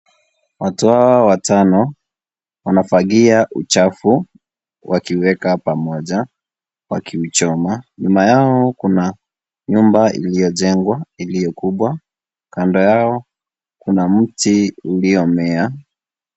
Watu hawa watano, wanafagia uchafu, wakiweka pamoja wakichoma. Nyuma yao, kuna nyumba iliyojengwa iliyo kubwa. Kando yao, kuna mti ulio mea.